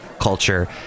culture